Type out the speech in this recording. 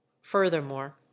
furthermore